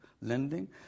lending